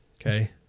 okay